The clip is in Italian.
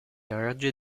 raggio